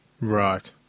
right